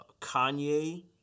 Kanye